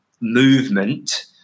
movement